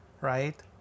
right